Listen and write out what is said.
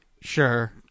sure